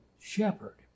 shepherd